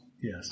Yes